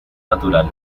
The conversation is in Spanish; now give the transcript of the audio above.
natural